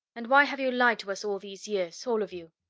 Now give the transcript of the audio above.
and why have you lied to us all these years all of you?